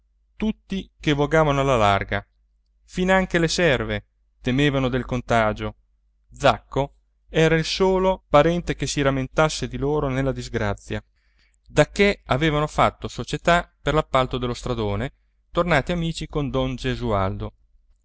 tutti che vogavano alla larga finanche le serve temevano del contagio zacco era il solo parente che si rammentasse di loro nella disgrazia dacchè avevano fatto società per l'appalto dello stradone tornati amici con don gesualdo